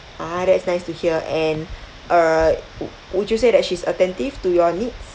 ah that's nice to hear and err w~ would you say that she's attentive to your needs